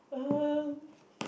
um